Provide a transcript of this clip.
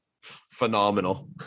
Phenomenal